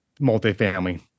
multifamily